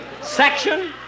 Section